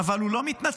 אבל הוא לא מתנצל,